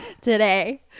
today